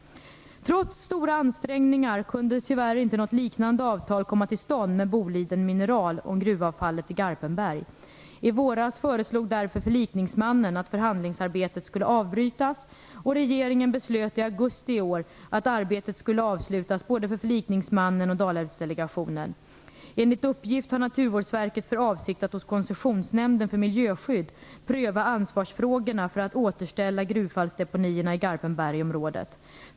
Trots stora ansträngningar kunde tyvärr inte något liknande avtal komma till stånd med Boliden Mineral AB om gruvavfallet i Garpenberg. I våras föreslog därför förlikningsmannen att förhandlingsarbetet skulle avbrytas, och regeringen beslöt i augusti i år att arbetet skulle avslutas både för förlikningsmannen och Dalälvsdelegationen. Enligt uppgift har Naturvårdsverket för avsikt att hos Koncessionsnämnden för miljöskydd pröva ansvarsfrågorna för att återställa gruvavfallsdeponierna i Garpenbergsområdet.